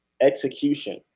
Execution